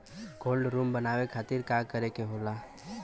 Cold room बनावे खातिर का करे के होला?